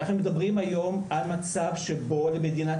אנחנו מדברים היום על מצב שבו במדינת